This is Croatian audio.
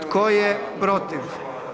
Tko je protiv?